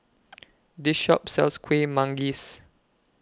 This Shop sells Kuih Manggis